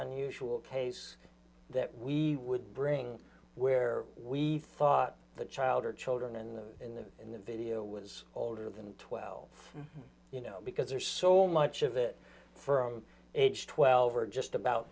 unusual case that we would bring where we thought the child or children in the in the in the video was older than twelve you know because there's so much of it from age twelve or just about